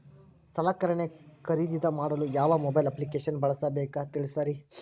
ಸಲಕರಣೆ ಖರದಿದ ಮಾಡಲು ಯಾವ ಮೊಬೈಲ್ ಅಪ್ಲಿಕೇಶನ್ ಬಳಸಬೇಕ ತಿಲ್ಸರಿ?